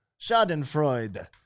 schadenfreude